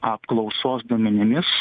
apklausos duomenimis